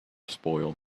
spoil